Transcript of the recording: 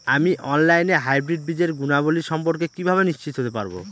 আমি অনলাইনে হাইব্রিড বীজের গুণাবলী সম্পর্কে কিভাবে নিশ্চিত হতে পারব?